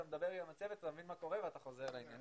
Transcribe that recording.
אתה מדבר עם הצוות מבין מה קורה וחוזר לעניינים.